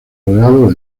rodeado